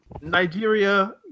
Nigeria